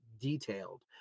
detailed